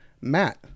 Matt